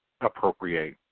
Appropriate